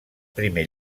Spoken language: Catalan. primer